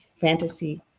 fantasy